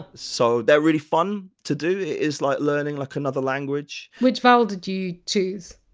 ah so they're really fun to do, it is like learning like another language which vowel did you choose?